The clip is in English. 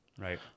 Right